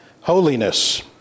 Holiness